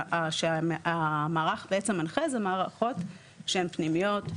שהמערך בעצם מנחה זה מערכות שהן פנימיות,